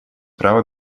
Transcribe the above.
права